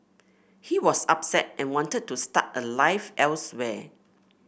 he was upset and wanted to start a life elsewhere